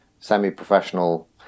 semi-professional